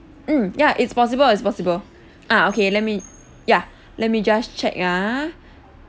mm ya it's possible it's possible ah okay let me ya let me just check ah